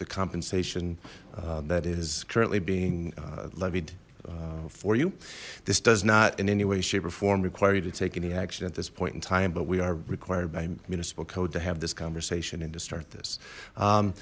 the compensation that is currently being levied for you this does not in any way shape or form require you to take any action at this point in time but we are required by municipal code to have this conversation and to start this